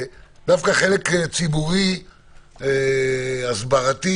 דווקא חלק ציבורי הסברתי